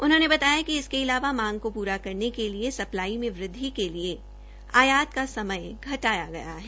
उन्होंने बताया कि इसके अलावा मांग को पूरा करने के लिए सप्लाई में वृद्वि के लिए आयात का समय घटाया गया है